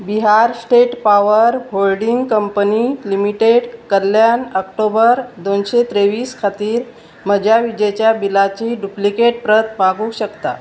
Bihar state power holding company limited कल्याण October दोनशे त्रेवीस खातीर म्हज्या विजेच्या बिलाची डुप्लिकेट प्रत मागूंक शकता